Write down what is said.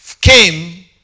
came